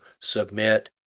submit